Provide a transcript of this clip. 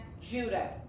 Judah